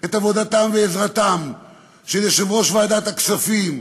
את עבודתם ועזרתם של יושב-ראש ועדת הכספים,